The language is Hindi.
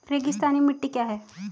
रेगिस्तानी मिट्टी क्या है?